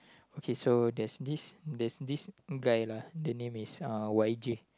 okay so there's this there's this guy lah the name is uh Y J